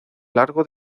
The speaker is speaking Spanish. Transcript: largo